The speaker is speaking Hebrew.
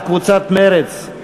משרד החינוך (משרד החינוך,